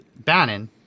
Bannon